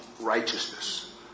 righteousness